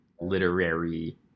literary